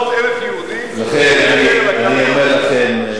350,000 ביהודה ושומרון.